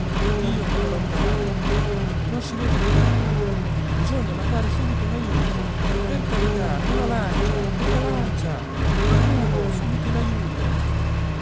dov'è dio com'è lontana non si vede più bisogna mandare subito un ajuto per carità una lancia una lancia qualcuno subito in ajuto